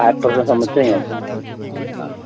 five पर्सेन्टसम्म चाहिँ